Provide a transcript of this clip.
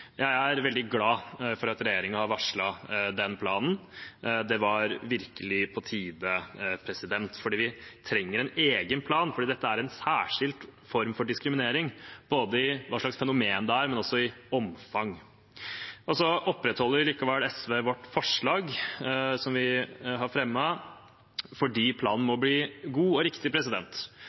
Jeg er veldig glad for at regjeringen har varslet den planen, det var virkelig på tide. Vi trenger en egen plan, for dette er en særskilt form for diskriminering, ut fra hva slags fenomen det er, men også i omfang. SV opprettholder likevel sitt forslag som vi har fremmet, fordi planen må bli god og riktig.